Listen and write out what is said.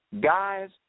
Guys